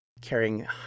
carrying